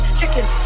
chicken